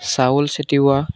চাউল চেটিওৱা